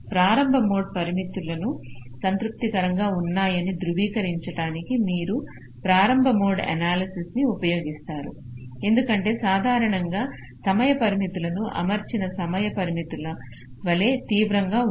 ప్రారంభ మోడ్ పరిమితులు సంతృప్తికరంగా ఉన్నాయని ధృవీకరించడానికి మీరు ప్రారంభ మోడ్ ఎనాలసిస్ ఉపయోగిస్తారు ఎందుకంటే సాధారణంగా సమయ పరిమితులు అమర్చిన సమయ పరిమితుల వలె తీవ్రంగా ఉండవు